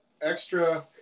extra